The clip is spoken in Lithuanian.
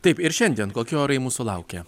taip ir šiandien kokie orai mūsų laukia